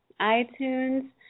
iTunes